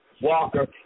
Walker